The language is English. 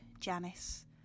Janice